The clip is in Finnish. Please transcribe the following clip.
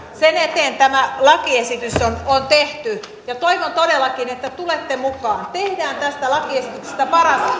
sen eteen tämä lakiesitys on tehty ja toivon todellakin että tulette mukaan tehdään tästä lakiesityksestä